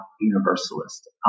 universalist